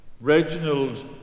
Reginald